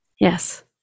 Yes